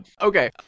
Okay